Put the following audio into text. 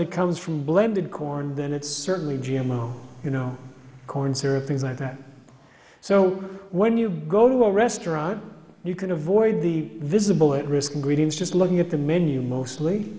that comes from blended corn then it's certainly g m o you know corn syrup things like that so when you go to a restaurant you can avoid the visible at risk greetings just looking at the menu mostly